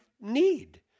need